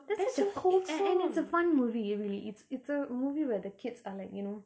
that's the and and it's a fun movie it's it's a movie where the kids are like you know